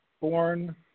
born